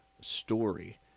story